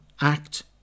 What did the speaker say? act